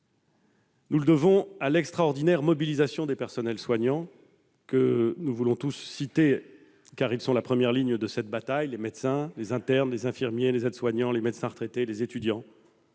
aux capacités d'anticipation et d'organisation des personnels soignants, que nous tenons tous à citer, car ils sont en première ligne dans cette bataille : les médecins, les internes, les infirmiers, les aides-soignants, les médecins retraités, les étudiants.